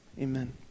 amen